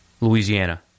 Louisiana